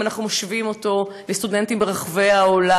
אם אנחנו משווים אותו לסטודנטים ברחבי העולם: